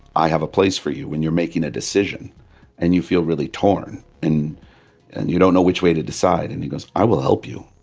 i have a place for you when you're making a decision and you feel really torn, and you don't know which way to decide. and he goes, i will help you